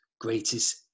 greatest